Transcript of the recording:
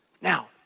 Now